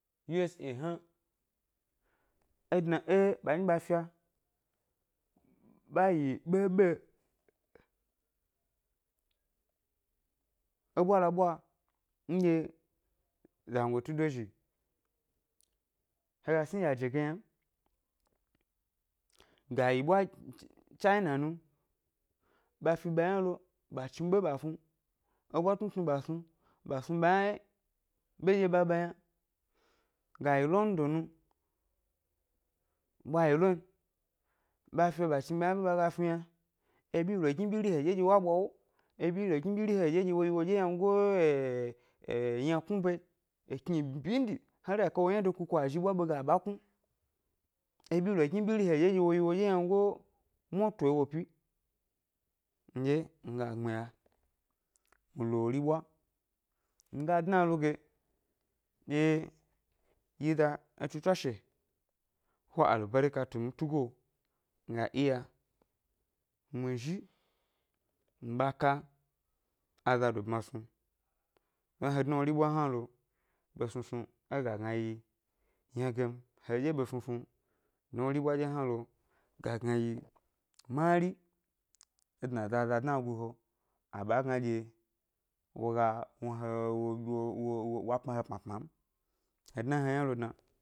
Usa hna é dna é ɓa nyi nɗye ɓa fia ɓa yi ɓeɓe é ɓwalaɓwa nɗye zangoti dozhi he ga sni yaje ge yna m, ga yi ɓwa ch-china nu, ɓa fi ɓa yna lo ɓa chni ɓe ɓa snu eɓwa tnutnu ɓa snu, ɓa snu ɓa yna ɓenɗye ɓa ɓa yna ga yi london nu ɓwayi lo n ɓa fio ɓa snu ɓa yna ɓe ɓa ga snu yna, eɓyi lo gni ɓyiri he ɗye wa ɓwa ʻwo, eɓyi lo gni ɓyiri he ɗye ɗye wo yi woɗye ynangoyi eh eh ynaknu ʻba yi ekni byindi hari a ka wo ʻyna de kuku a zhi ʻɓwaɓe ge a ɓǎ knu, eɓyi lo gni ɓyiri he ɗye ɗye wo yi woɗye ynangoyi mwato wo pi, nɗye nga gbmiya nlo wori ʻɓwa nga dna lo ge ɗye yi ʻda etsu tswashe wa albarika tu mi tugo mi ga iya mi zhi mi ɓa ka azado bmasnu, don he dna é wori ʻbwa hna lo he snusnu é ga gna yi ynage m, heɗye ɓesnusnu dna é wori ʻɓwa hna lo ga gna yi mari é dna zaza dna lo gu he a ɓa gna wo ga wna he wo pma he pmapma m, he dna he yna lo dna n.